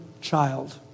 child